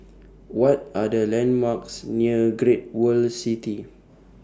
What Are The landmarks near Great World City